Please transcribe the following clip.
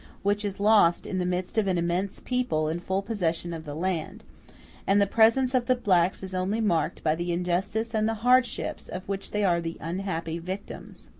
which is lost in the midst of an immense people in full possession of the land and the presence of the blacks is only marked by the injustice and the hardships of which they are the unhappy victims.